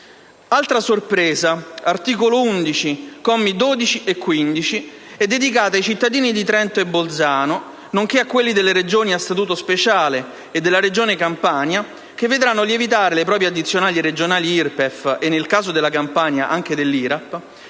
Altra sorpresa (articolo 11, commi 12 e 15) è dedicata ai cittadini di Trento e Bolzano, nonché a quelli delle Regioni a Statuto speciale e della Regione Campania, i quali vedranno lievitare le proprie addizionali regionali IRPEF (e, nel caso della Campania, anche dell'IRAP)